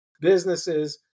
businesses